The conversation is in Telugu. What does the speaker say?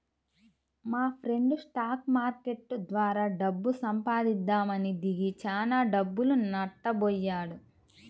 మాఫ్రెండు స్టాక్ మార్కెట్టు ద్వారా డబ్బు సంపాదిద్దామని దిగి చానా డబ్బులు నట్టబొయ్యాడు